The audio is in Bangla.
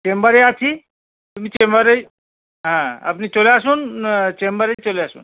চেম্বারে আছি তুমি চেম্বারেই হ্যাঁ আপনি চলে আসুন চেম্বারেই চলে আসুন